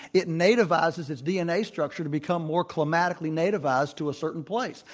it nativizes its dna structure to become more climatically nativized to a certain place.